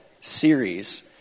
series